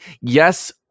yes